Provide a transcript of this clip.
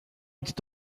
était